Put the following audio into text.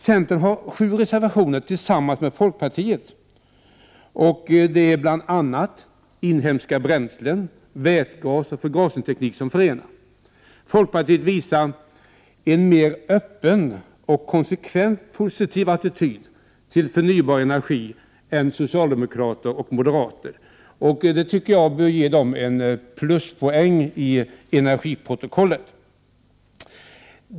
Centern har sju reservationer tillsammans med folkpartiet, och det är bl.a. inhemska bränslen, vätgas och förgasningsteknik som förenar. Folkpartiet visar en mer öppen och konsekvent positiv attityd till förnybar energi än socialdemokrater och moderater, och det tycker jag bör ge folkpartiet en pluspoäng i energiprotokollet.